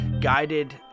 guided